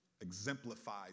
exemplified